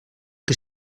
que